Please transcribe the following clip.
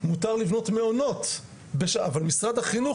אז השאלה היא איפה זה עומד כרגע, כבר אושר אצלכם?